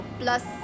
plus